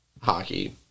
Hockey